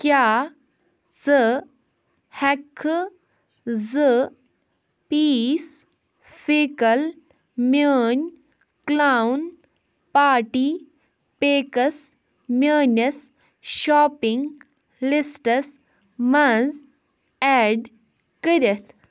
کیٛاہ ژٕ ہٮ۪کہٕ زٕ پیٖس فیکل میٲنۍ کلاون پارٹی پیکٕس میٲنِس شاپنگ لسٹَس منٛز ایڈ کٔرِتھ